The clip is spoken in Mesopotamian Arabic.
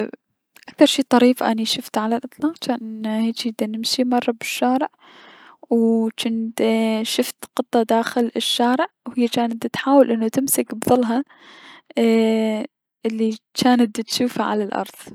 اكثر شي طريف اني شفته على الأطلاق جنا هيجي د نمشي بالشارع وو- جنت ايي- شفت قطة داخل الشارع و هي جانت دتحاول انو تمسك بظلها اي الي جانت دتشوفه على الأرض.